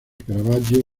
caravaggio